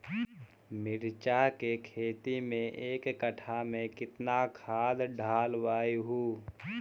मिरचा के खेती मे एक कटा मे कितना खाद ढालबय हू?